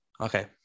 okay